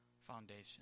foundation